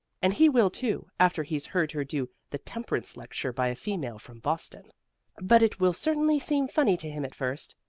and he will, too, after he's heard her do the temperance lecture by a female from boston but it will certainly seem funny to him at first.